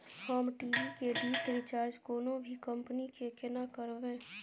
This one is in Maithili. हम टी.वी के डिश रिचार्ज कोनो भी कंपनी के केना करबे?